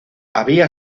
había